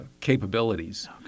capabilities